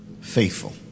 faithful